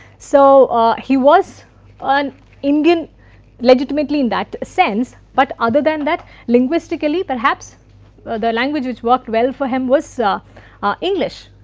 so ah he was an indian legitimately in that sense but other than that linguistically perhaps the language which worked well for him was ah ah english.